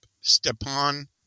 Stepan